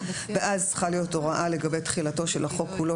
ואז צריכה להיות הוראה לגבי תחילתו של החוק כולו